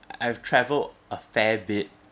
I have travelled a fair bit